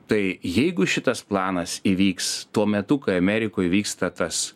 tai jeigu šitas planas įvyks tuo metu kai amerikoj vyksta tas